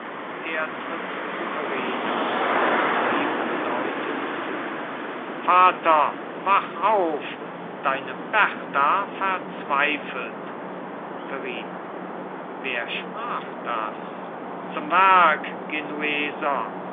er tritt zu verrina ruft ihm bedeutend zu vater wach auf deine berta verzweifelt verrina wer sprach das zum werk genueser